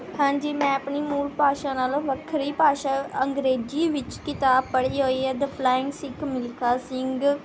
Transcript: ਹਾਂਜੀ ਮੈਂ ਆਪਣੀ ਮੂਲ ਭਾਸ਼ਾ ਨਾਲੋਂ ਵੱਖਰੀ ਭਾਸ਼ਾ ਅੰਗਰੇਜ਼ੀ ਵਿੱਚ ਕਿਤਾਬ ਪੜ੍ਹੀ ਹੋਈ ਹੈ ਦਾ ਫਲਾਇੰਗ ਸਿੱਖ ਮਿਲਖਾ ਸਿੰਘ